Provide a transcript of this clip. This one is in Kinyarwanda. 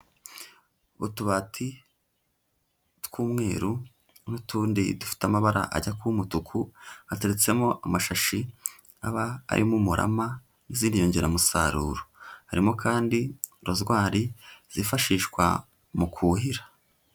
Utubati tw'umweru n'utundi dufite amabara ajya kuba umutuku hateretsemo amashashi aba arimo umurama n'izindi nyongeramusaruro, harimo kandi rozwari zifashishwa mu kuhira.